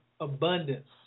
abundance